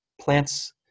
plants